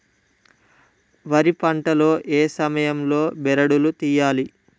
వరి పంట లో ఏ సమయం లో బెరడు లు తియ్యాలి?